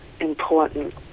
important